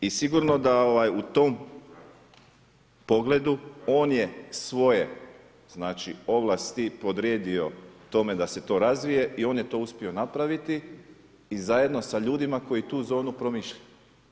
I sigurno da u tom pogledu on je svoje, znači ovlasti podredio tome da se to razvije i on je to uspio napraviti i zajedno sa ljudima koji tu zonu promišljaju.